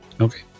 Okay